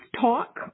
talk